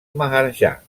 maharajà